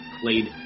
played